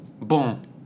Bon